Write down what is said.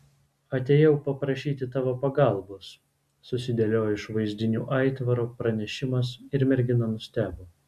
atėjau paprašyti tavo pagalbos susidėliojo iš vaizdinių aitvaro pranešimas ir mergina nustebo